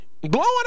blowing